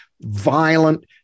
violent